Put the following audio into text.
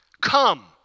Come